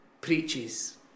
preaches